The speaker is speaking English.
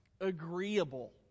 agreeable